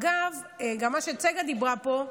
אגב, גם מה שצגה דיברה פה,